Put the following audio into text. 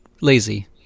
lazy